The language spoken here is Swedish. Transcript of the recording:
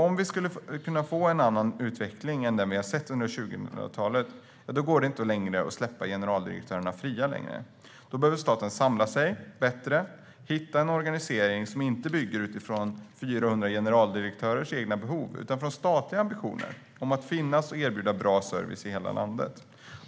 Om vi ska få en annan utveckling än den vi sett under 2000-talet går det inte längre att släppa generaldirektörerna fria. Nu behöver staten samla sig bättre och hitta en organisering som inte byggs utifrån 400 generaldirektörers egna behov utan utifrån statliga ambitioner om att finnas och erbjuda bra service i hela landet.